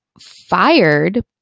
fired